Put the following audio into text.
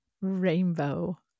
Rainbow